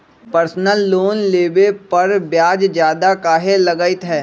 Personal loan लेबे पर ब्याज ज्यादा काहे लागईत है?